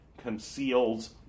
conceals